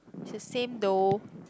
is the same though